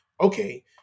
okay